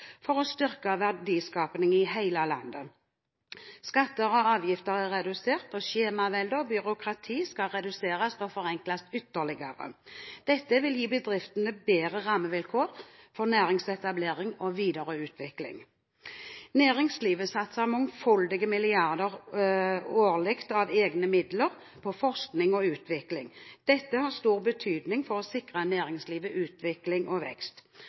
for å styrke verdiskapingen i hele landet. Skatter og avgifter er redusert, og skjemaveldet og byråkratiet skal reduseres og forenkles ytterligere. Dette vil gi bedriftene bedre rammevilkår for næringsetablering og videreutvikling. Næringslivet satser mangfoldige milliarder kroner årlig av egne midler på forskning og utvikling. Dette har stor betydning for å sikre næringslivet utvikling og vekst.